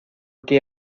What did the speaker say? que